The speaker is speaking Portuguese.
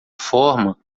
forma